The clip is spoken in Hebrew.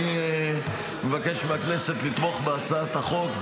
מבקש מהכנסת לתמוך בהצעת החוק.